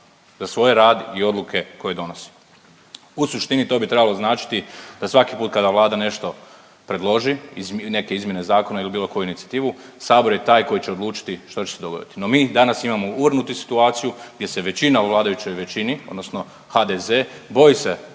za svoj rad i odluke koje donosi. U suštini to bi trebalo značiti da svaki put kada Vlada nešto predloži, neke izmjene zakona ili bilo koju inicijativu Sabor je taj koji će odlučiti što će se dogoditi. No, mi danas imamo uvrnutu situaciju gdje se većina u vladajućoj većini, odnosno HDZ boji se